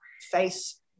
face